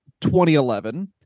2011